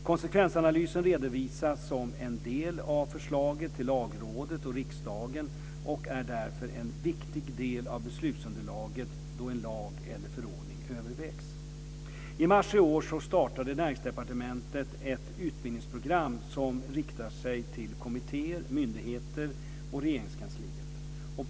Konsekvensanalysen redovisas som en del av förslaget till Lagrådet och riksdagen och är därför en viktig del av beslutsunderlaget då en lag eller förordning övervägs. I mars i år startade Näringsdepartementet ett utbildningsprogram som riktar sig till kommittéer, myndigheter och Regeringskansliet.